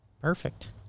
Perfect